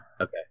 Okay